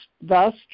thus